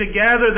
together